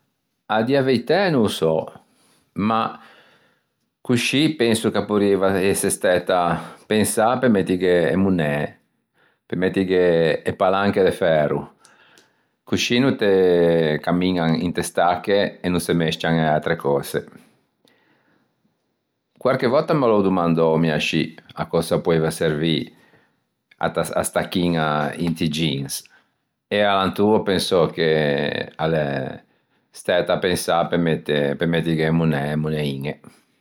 A dî a veitæ no o so ma coscì penso che a porrieiva ëse stæta pensâ me mettighe e monnæ, pe mettighe e palanche de færo coscì no te cammiñan inte stacche e no se mesccian a-e atre cöse. Quarche vòtta me l'ò domandou mi ascì a cöse a poeiva servî a stacchiña inti jeans e alantô ò pensou che a l'é stæta pensâ pe mettighe e monnæ, e moneiñe.